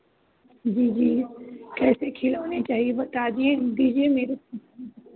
जी जी कैसे खिलौने चाहिए बता दिए